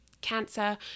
cancer